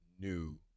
new